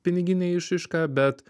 pinigine išraiška bet